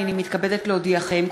הנני מתכבדת להודיעכם,